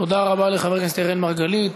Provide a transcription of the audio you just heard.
תודה רבה לחבר הכנסת אראל מרגלית.